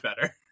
better